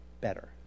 better